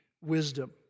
wisdom